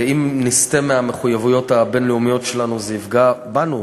אם נסטה מהמחויבויות הבין-לאומיות שלנו זה יפגע בנו,